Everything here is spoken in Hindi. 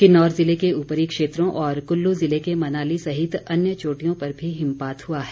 किन्नौर जिले के ऊपरी क्षेत्रों और कुल्लू जिले के मनाली सहित अन्य चोटियों पर भी हिमपात हुआ है